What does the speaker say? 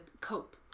cope